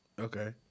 Okay